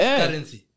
currency